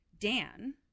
Dan